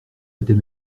était